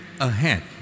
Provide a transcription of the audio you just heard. ahead